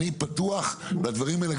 אני פתוח לדברים האלה,